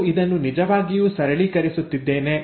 ನಾನು ಇದನ್ನು ನಿಜವಾಗಿಯೂ ಸರಳೀಕರಿಸುತ್ತಿದ್ದೇನೆ